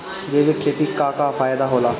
जैविक खेती क का फायदा होला?